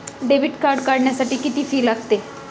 Debit card काढण्यासाठी किती fee लागते?